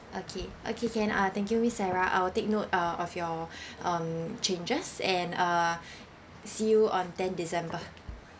okay okay can uh thank you miss sarah I will take note uh of your um changes and uh see you on ten december